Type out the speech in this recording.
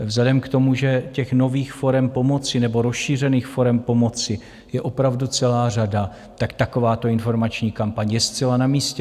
Vzhledem k tomu, že těch nových forem pomoci nebo rozšířených forem pomoci je opravdu celá řada, takováto informační kampaň je zcela na místě.